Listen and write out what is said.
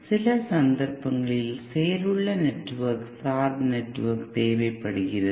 சில சந்தர்ப்பங்களில் செயல் உள்ள நெட்வொர்க் சார்பு நெட்வொர்க் தேவைப்படுகிறது